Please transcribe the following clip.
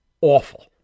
awful